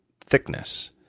thickness